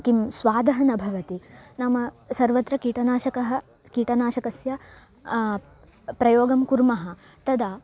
किं स्वादः न भवति नाम सर्वत्र कीटनाशकः कीटनाशकस्य प्रयोगं कुर्मः तदा